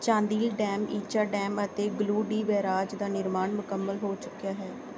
Chandil dam Icha dam ਅਤੇ Galudih barrage ਦਾ ਨਿਰਮਾਣ ਮੁਕੰਮਲ ਹੋ ਚੁੱਕਿਆ ਹੈ